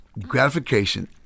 gratification